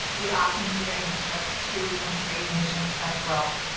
we are considering scopes two and three emissions as well.